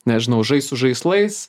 nežinau žaist su žaislais